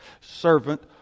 servant